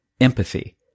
Empathy